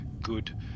good